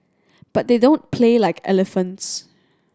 but they don't play like elephants